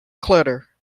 clutter